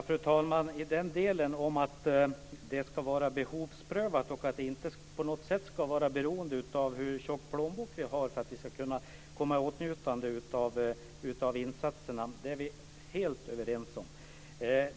Fru talman! Att insatserna ska vara behovsprövade och inte på något sätt beroende av hur tjock plånbok man har är vi helt överens om.